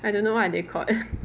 I don't know what are they called